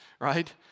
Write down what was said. right